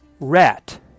Rat